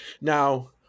Now